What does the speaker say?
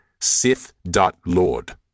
sith.lord